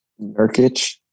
Nurkic